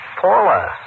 Paula